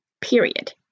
Period